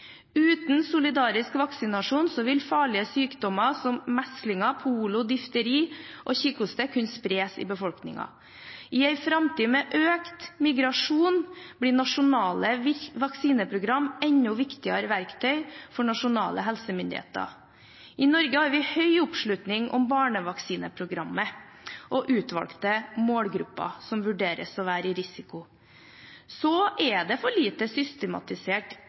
Uten solidarisk vaksinasjon vil farlige sykdommer som meslinger, polio, difteri og kikhoste kunne spres i befolkningen. I en framtid med økt migrasjon blir nasjonale vaksineprogram enda viktigere verktøy for nasjonale helsemyndigheter. I Norge har vi høy oppslutning om barnevaksineprogrammet og utvalgte målgrupper som vurderes å være i risiko. Det er for lite systematisert